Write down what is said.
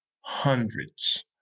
hundreds